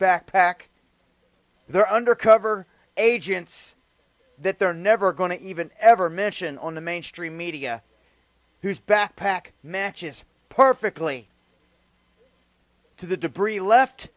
backpack there undercover agents that they're never going to even ever mention on the mainstream media whose backpack matches perfectly to the debris left